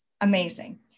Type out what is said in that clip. amazing